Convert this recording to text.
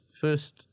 first